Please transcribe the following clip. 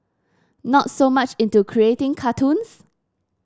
not so much into creating cartoons